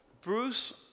bruce